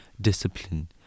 discipline